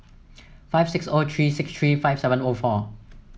five six O three six three five seven O four